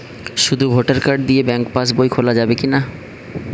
শুধু voter card দিয়ে bank pass বই খোলা যাবে কিনা?